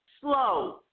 slow